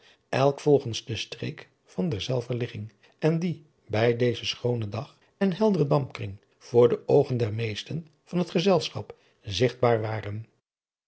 elk volgens de streek van derzelver ligging en die adriaan loosjes pzn het leven van hillegonda buisman bij dezen schoonen dag en helderen dampkring voor de oogen der meesten van het gezelschap zigtbaar waren